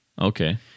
Okay